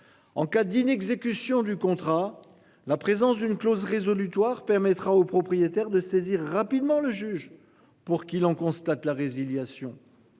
En cas d'inexécution du contrat. La présence d'une clause résolutoire permettra aux propriétaires de saisir rapidement le juge pour qui l'on constate la résiliation.